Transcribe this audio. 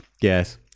Yes